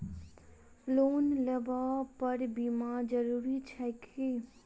Loan लेबऽ पर बीमा जरूरी छैक की?